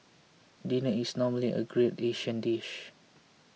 dinner is normally a great Asian dish